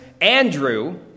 Andrew